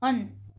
अन्